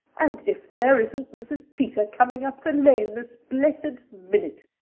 and if there isn't mrs. peter coming up the lane this blessed minute!